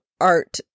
art